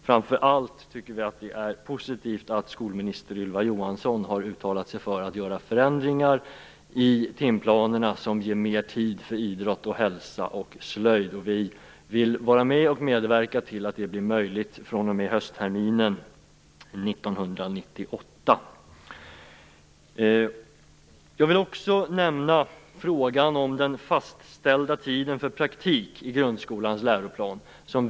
Framför allt är det positivt att skolminister Ylva Johansson har uttalat sig för att göra förändringar i timplanerna, som ger mer tid för idrott och hälsa och slöjd. Vi vill medverka till att det blir så fr.o.m. höstterminen 1998. Jag vill också nämna den fastställda tiden för praktik i grundskolans läroplan.